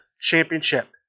Championship